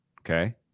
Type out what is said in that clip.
Okay